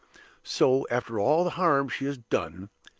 so, after all the harm she has done,